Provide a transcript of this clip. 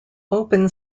open